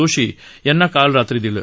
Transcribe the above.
जोशी यांना काल रात्री दिलं